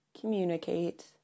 communicate